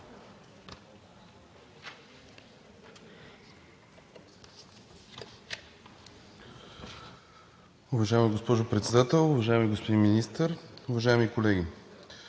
Уважаема госпожо Председател, уважаеми господин Министър, уважаеми колеги!